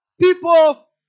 people